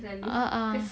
a'ah